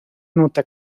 nota